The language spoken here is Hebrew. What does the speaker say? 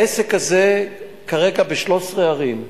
העסק הזה הוא כרגע ב-13 ערים.